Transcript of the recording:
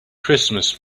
christmas